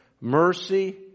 Mercy